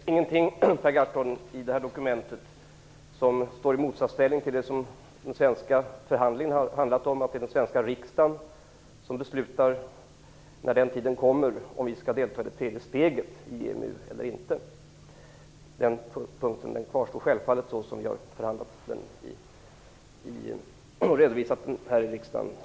Herr talman! Det finns ingenting i det här dokumentet, Per Gahrton, som står i motsatsställning till vad den svenska förhandlingen har gällt. Det är den svenska riksdagen som skall fatta beslut om, när den tiden kommer, huruvida vi skall delta i det tredje steget i EMU eller inte. Den punkten när det gäller EMU kvarstår självfallet så som jag har redovisat den här i riksdagen.